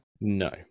No